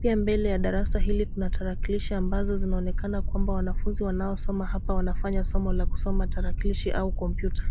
Pia mbele ya darasa hili kuna tarakilishi ambazo zinaonekana kwamba wanafunzi wanaosoma hapa wanafanya ya somo la kusoma tarakilishi au kompyuta.